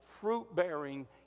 fruit-bearing